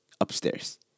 upstairs